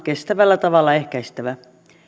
kestävällä tavalla ehkäistävä